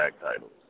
titles